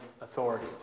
authority